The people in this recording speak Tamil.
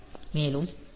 மேலும் அவை P0